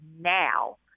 now